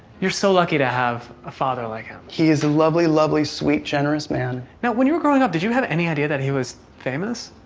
you're so lucky to have a father like him. he is a lovely, lovely, sweet, generous man. now, when you were growing up did you have any idea that he was famous?